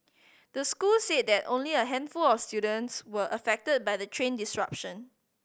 the school said that only a handful of students were affected by the train disruption